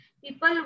people